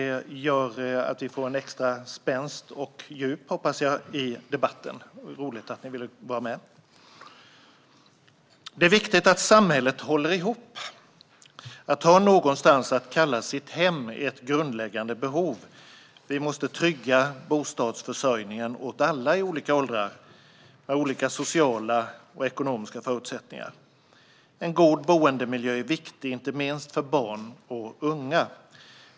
Det gör att vi får extra spänst och djup, hoppas jag, i debatten. Det är roligt att ni ville vara med. Det är viktigt att samhället håller ihop. Att ha någonstans att kalla sitt hem är ett grundläggande behov. Vi måste trygga bostadsförsörjningen åt alla i olika åldrar och med olika sociala och ekonomiska förutsättningar. En god boendemiljö är viktig, inte minst för barn och unga.